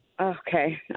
Okay